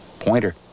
Pointer